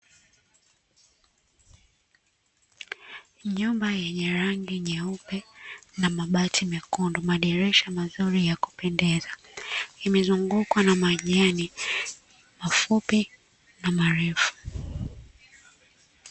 Nyumba yenye rangi nyeupe, na mabati mekundu, madirisha mazuri ya kupendeza; imezungukwa na majani mafupi na marefu.